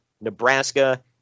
nebraska